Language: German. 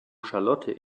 charlotte